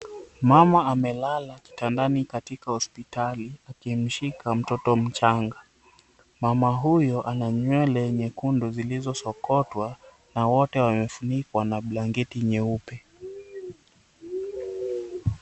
Mama amelala kitandani katika hospitali, akimshika mtoto mchanga. Mama huyo ana nywele nyekundu zilizosokotwa na wote wamefunikwa na blanketi nyeupe.